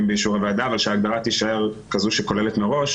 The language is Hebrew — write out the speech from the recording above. באישור הוועדה אבל שההגדרה תישאר כזו שכוללת מראש